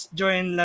join